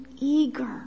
eager